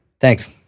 thanks